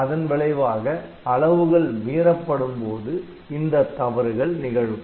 அதன் விளைவாக அளவுகள் மீறப்படும்போது இந்த தவறுகள் நிகழும்